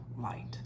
light